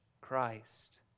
Christ